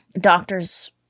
doctors